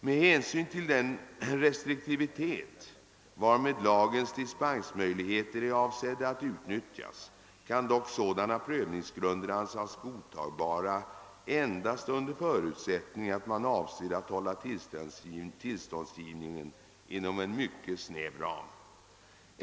Med hänsyn till den restriktivitet, varmed lagens dispensmöjligheter är avsedda att utnyttjas, kan dock sådana prövningsgrunder anses godtagbara endast under förutsättning att man avser att hålla tillståndsgivningen inom en mycket snäv ram.